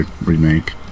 remake